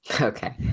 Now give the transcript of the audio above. okay